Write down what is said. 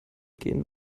gehen